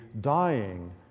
dying